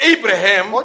Abraham